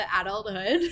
adulthood